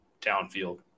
downfield